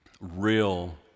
real